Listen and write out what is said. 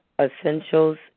essentials